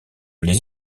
les